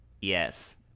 yes